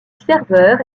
serveur